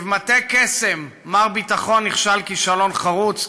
כבמטה קסם מר ביטחון נכשל כישלון חרוץ,